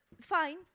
Fine